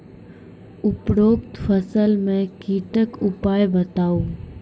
उपरोक्त फसल मे कीटक उपाय बताऊ?